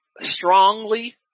strongly